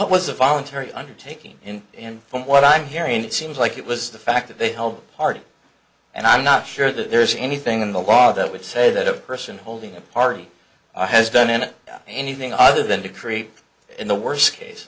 was a voluntary undertaking in and from what i'm hearing it seems like it was the fact that they held a party and i'm not sure that there's anything in the law that would say that a person holding a party has done it anything other than to create in the worst case